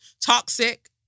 Toxic